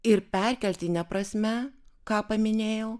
ir perkeltine prasme ką paminėjau